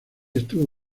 estuvo